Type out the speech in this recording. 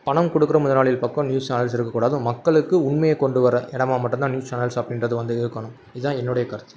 பணம் கொடுக்குற முதலாளிகள் பக்கம் நியூஸ் சேனல்ஸ் இருக்கக்கூடாது மக்களுக்கு உண்மையை கொண்டு வர இடமா மட்டும் தான் நியூஸ் சேனல்ஸ் அப்படின்றது வந்து இருக்கணும் இதுதான் என்னுடைய கருத்து